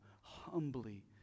humbly